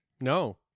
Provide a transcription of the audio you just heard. No